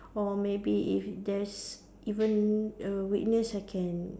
or maybe if there's even a weakness I can